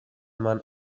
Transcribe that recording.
man